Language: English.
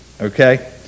okay